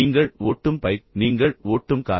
நீங்கள் ஓட்டும் பைக் நீங்கள் ஓட்டும் கார்